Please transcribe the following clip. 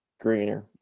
greener